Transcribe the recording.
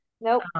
nope